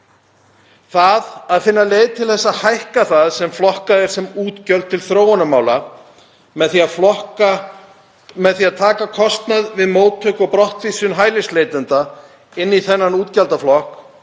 Að finna leið til að hækka það sem flokkað er sem útgjöld til þróunarmála með því að taka kostnað við móttöku og brottvísun hælisleitenda inn í þennan útgjaldaflokk